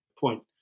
point